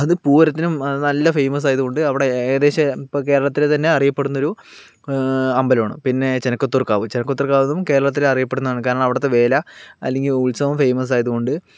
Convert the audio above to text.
അത് പൂരത്തിനും നല്ല ഫെയിമസ് ആയതുകൊണ്ട് അവിടെ ഏകദേശം ഇപ്പോൾ കേരളത്തിലെ തന്നെ അറിയപ്പെടുന്നോരു അമ്പലമാണ് പിന്നെ ചെനകോത്തൂർ കാവ് ചെനകോത്തൂർ കാവും കേരളത്തിലെ അറിയപ്പെടുന്നതാണ് കാരണം അവിടത്തെ വേല അലെങ്കിൽ ഉത്സവം ഫെയ്മസ് ആയതുകൊണ്ട്